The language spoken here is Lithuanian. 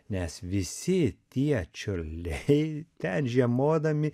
nes visi tie čiurliai ten žiemodami